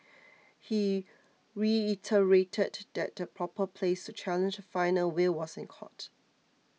he reiterated that the proper place to challenge final will was in court